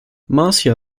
marcia